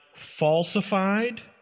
falsified